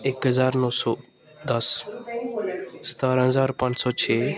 ਇਕ ਹਜ਼ਾਰ ਨੌਂ ਸੌ ਦਸ ਸਤਾਰਾਂ ਹਜ਼ਾਰ ਪੰਜ ਸੌ ਛੇ